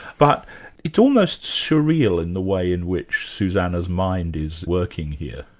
but it's almost surreal in the way in which suzanna's mind is working here.